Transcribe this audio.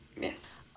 yes